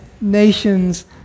nations